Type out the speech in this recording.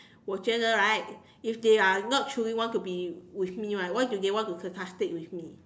我觉得 right if they are not truly want to be with me right why they want to be sarcastic with me